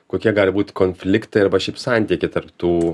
kokie gali būt konfliktai arba šiaip santykiai tarp tų